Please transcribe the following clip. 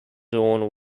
dorn